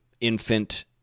infant